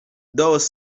dos